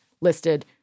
listed